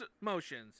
motions